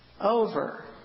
over